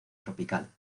tropical